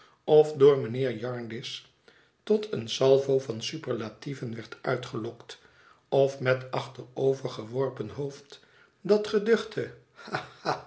of door mijnheer jarndyce tot een salvo van superlatieven werd uitgelokt of met achterovergeworpen hoofd dat geduchte